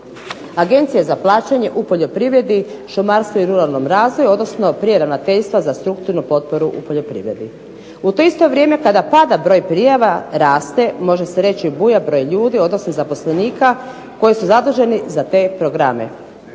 Agencije za plaćanje u poljoprivredi, šumarstvu i ruralnom razvoju, odnosno ... ravnateljstva za strukturnu potporu u poljoprivredi. U isto vrijeme kada pada broj prijava raste može se reći buja broj ljudi odnosno zaposlenika koji su zaduženi za te programe.